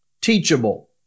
teachable